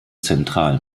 zentral